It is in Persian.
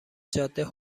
جاده